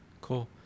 Cool